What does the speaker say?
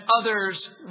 others